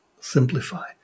simplify